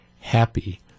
happy